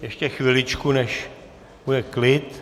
Ještě chviličku, než bude klid.